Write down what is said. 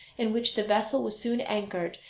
in which the vessel was soon anchored,